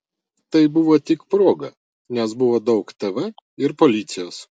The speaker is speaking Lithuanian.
tai buvo tik proga nes buvo daug tv ir policijos